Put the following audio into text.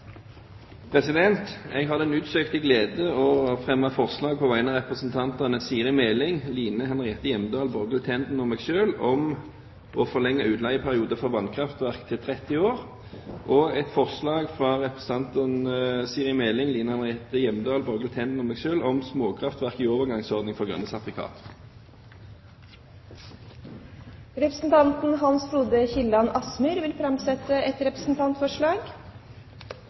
Jeg har den utsøkte glede å fremme forslag på vegne av representantene Siri A. Meling, Line Henriette Hjemdal, Borghild Tenden og meg selv om å forlenge utleieperioden for vannkraftverk til 30 år. Jeg vil så på vegne av representantene Siri A. Meling, Line Henriette Hjemdal, Borghild Tenden og meg selv fremme forslag om småkraftverk i overgangsordningen for grønne sertifikater. Representanten Hans Frode Kielland Asmyhr vil framsette et representantforslag.